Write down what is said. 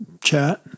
chat